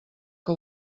que